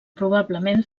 probablement